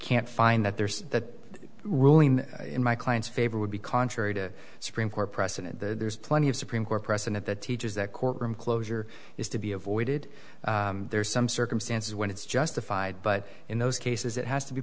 can't find that there's that ruling in my client's favor would be contrary to supreme court precedent there's plenty of supreme court precedent that teaches that courtroom closure is to be avoided there's some circumstances when it's justified but in those cases it has to be